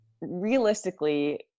realistically